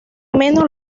menos